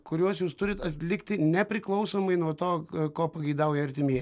kuriuos jūs turit atlikti nepriklausomai nuo to ko pageidauja artimie